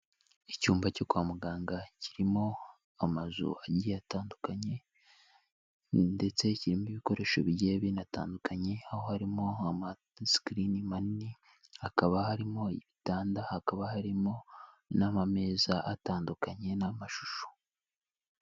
Icyumba cyo kwa muganga kirimo amazu agiye atandukanye ndetse kirimo ibikoresho bigiye binatandukanye, aho harimo amasikirini manini, hakaba harimo ibitanda, hakaba harimo n'amameza atandukanye n'amashusho.